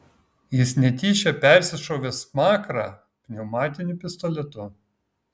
jis netyčia persišovė smakrą pneumatiniu pistoletu